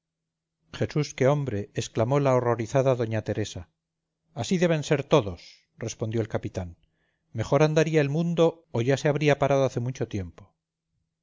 jesús qué hombre exclamó la horrorizada da teresa así deben ser todos respondió el capitán mejor andaría el mundo o ya se habría parado hace mucho tiempo